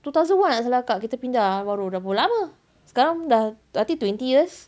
two thousand one tak salah kakak kita pindah baru dah berapa lama sekarang dah I think twenty years